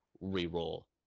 re-roll